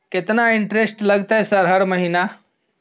केतना इंटेरेस्ट लगतै सर हर महीना?